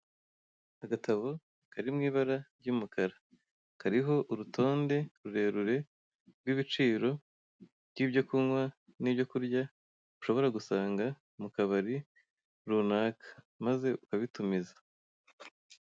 Agatabo kari mu ibara ry'umukara. Kariho urutonde rurerure rw'ibiciro by'ibyo kunywa n'ibyo kurya, ushobora gusanga mu kabari runaka. Maze ukabitumiza.